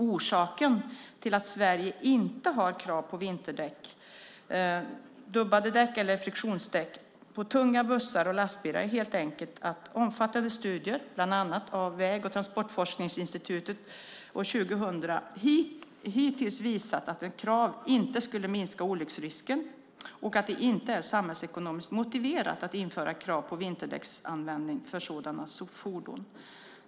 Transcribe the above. Orsaken till att Sverige inte har krav på vinterdäck, dubbade däck eller friktionsdäck, på tunga bussar och lastbilar är helt enkelt att omfattande studier, bland annat av Väg och transportforskningsinstitutet, VTI, år 2000, hittills visat att ett krav inte skulle minska olycksrisken och att det inte är samhällsekonomiskt motiverat att införa krav på vinterdäcksanvändning för sådana fordon.